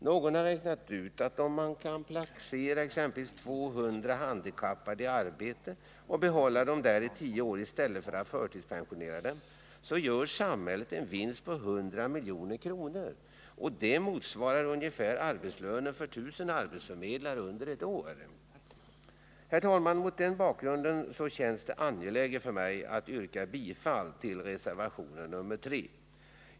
Någon har räknat ut att om man exempelvis kan placera 200 handikappade i arbete och behålla dem där i tio åristället för att förtidspensionera dem, så gör samhället en vinst på 100 milj.kr. Det motsvarar ungefär arbetslönen för 1 000 arbetsförmedlare under ett år. Herr talman! Mot denna bakgrund känns det angeläget för mig att yrka bifall till reservation nr 3.